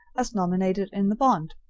as nominated in the bond,